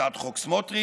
לצד חוק סמוטריץ',